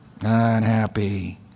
unhappy